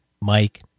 Mike